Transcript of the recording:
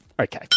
Okay